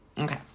okay